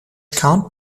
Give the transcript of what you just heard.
count